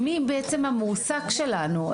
מי בעצם המועסק שלנו?